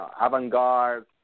avant-garde